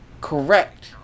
Correct